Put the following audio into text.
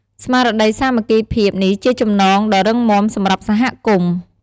ស្មារតីសាមគ្គីភាពនេះជាចំណងដ៏រឹងមាំសម្រាប់សហគមន៍។